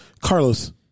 Carlos